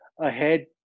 ahead